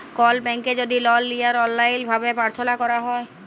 call ব্যাংকে যদি লল লিয়ার অললাইল ভাবে পার্থলা ক্যরা হ্যয়